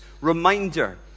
reminder